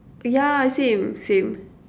yeah same same